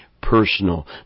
Personal